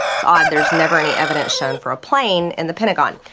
it's odd there's never any evidence shown for a plane and the pentagon.